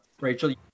rachel